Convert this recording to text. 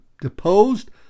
deposed